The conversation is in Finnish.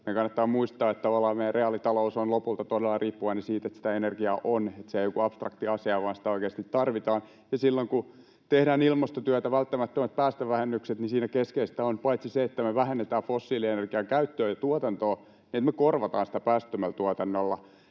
meidän kannattaa muistaa, että tavallaan meidän reaalitalous on lopulta todella riippuvainen siitä, että sitä energiaa on, että se ei ole joku abstrakti asia, vaan sitä oikeasti tarvitaan. Ja silloin kun tehdään ilmastotyötä, välttämättömät päästövähennykset, niin siinä keskeistä on paitsi se, että me vähennetään fossiilienergian käyttöä ja tuotantoa, myös se, että me korvataan sitä päästöttömällä tuotannolla,